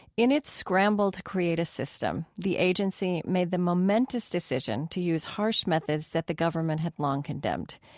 in its scramble to create a system, the agency made the momentous decision to use harsh methods that the government had long condemned.